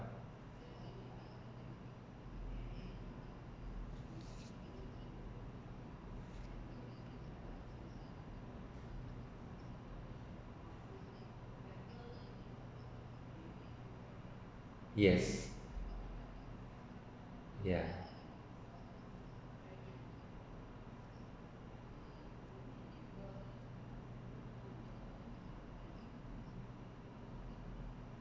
yes yeah